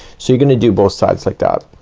so you're gonna do both sides like that.